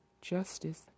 justice